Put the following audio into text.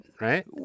right